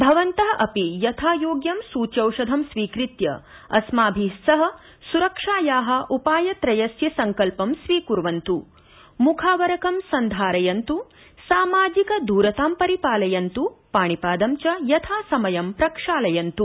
भवन्तः अपि यथायोग्य सूच्यौषधं स्वीकृत्य अस्माभि सह स्रक्षाया उपायत्रयस्य सड्कल्पं स्वीक्वन्तु म्खावरकं सन्धारयन्त् सामाजिक दूरतां परिपालयन्तु पाणिपादं च यथासमयं प्रक्षालयन्त्